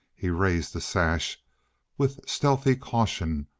he raised the sash with stealthy caution,